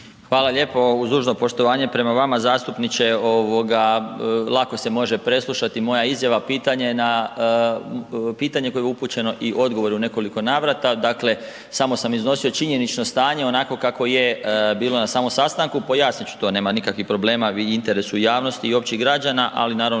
Hvala lijepo. Uz dužno poštovanje prema vama zastupniče lako se može preslušati moja izjave. Pitanje koje mi je upućeno i odgovor u nekoliko navrata dakle samo sam iznosio činjenično stanje onako kako je bilo na samom sastanku. Pojasnit ću to nema nikakvih problema i u interesu javnosti i opće građana, ali naravnao